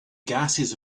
gases